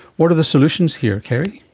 what are the solutions here, kerry?